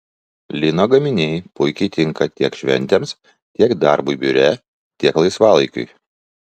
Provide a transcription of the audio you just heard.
lino gaminiai puikiai tinka tiek šventėms tiek darbui biure tiek laisvalaikiui